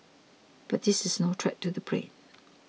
but this is no threat to the plane